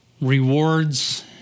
rewards